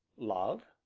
love?